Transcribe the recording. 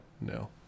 no